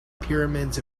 pyramids